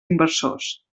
invasors